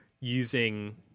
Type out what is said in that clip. Using